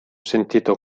sentito